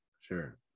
sure